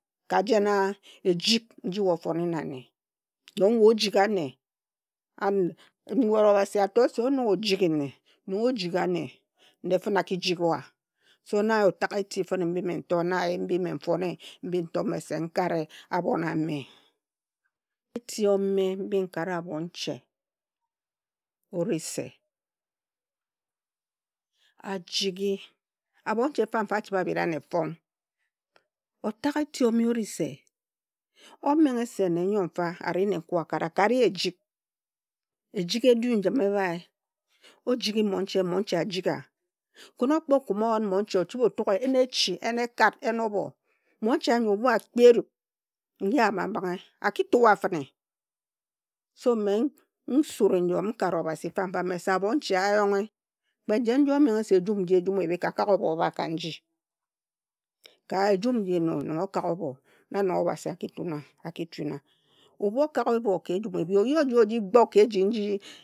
Ka jen a, eji nji we ofone na nne. Nong we ojigha nne, and nwet Obhasi ato se onog ojighi nne, nong o jigha nne, nne fine a ki jighi wa. So na otageti fine na eyim mbi me nfone mbi nto mese nkare abhon ame. Otag eti ome mbi nkare abhon che ori se ajighi, abhonche nfa nfa achibhe abhira anne fong, otag eti ome ori se, omenghe se nne nyo fa a ri nenkue akara, kari ye ejik. Ejik edu njim ebhae, ojighi monche, monche ajigha. Khin okpokume oen monche ochibhe otug ye 'en a chi', 'en ekat', 'en obho', monche anyo, ebhu akpi eruk nji a yama mbinghe, a ki tua fine. So mme nsure njom nkare Obhasi mfa mfa me se abhonche a yonghe, kpe jen nji omenghe se ejum ji ejum ebhi ka kak obho obha ka nji. Ka ejum nji no nong okak obho na nong Obhasi a ki tun a, a ki tuna. Ebhu okak obho ka ejum ebhi oyi oji gbo ka eji nyi.